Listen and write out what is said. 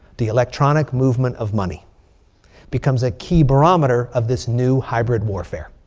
the electronic movement of money becomes a key barometer of this new hybrid warfare.